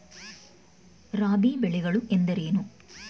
ರಾಬಿ ಬೆಳೆಗಳು ಎಂದರೇನು?